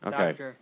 Okay